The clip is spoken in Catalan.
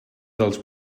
dels